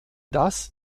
das